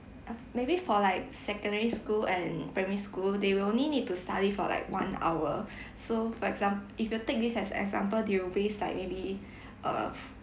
maybe for like secondary school and primary school they will only need to study for like one hour so for examp~ if you take this as example they will base like maybe err